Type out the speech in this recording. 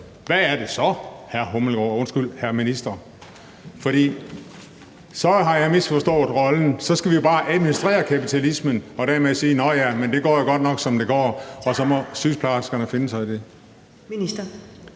hvad er det så, hr. minister? For så har jeg misforstået rollen. Så skal vi jo bare administrere kapitalismen og dermed sige: Nåh ja, men det går jo godt nok, som det går, og så må sygeplejerskerne finde sig i det.